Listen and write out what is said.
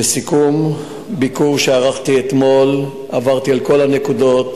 לסיכום, בביקור שערכתי אתמול עברתי על כל הנקודות,